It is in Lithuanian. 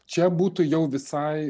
čia būtų jau visai